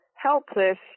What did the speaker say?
helpless